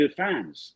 fans